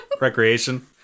Recreation